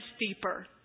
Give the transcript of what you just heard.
deeper